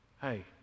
Hey